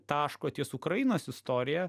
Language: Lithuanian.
taško ties ukrainos istorija